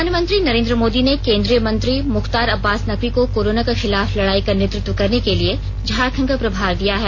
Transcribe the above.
प्रधानमंत्री नरेन्द्र मोदी ने केंद्रीय मंत्री मुख्तार अब्बास नकवी को कोरोना के खिलाफ लड़ाई का नेतृत्व करने के लिए झारखंड को प्रभार दिया है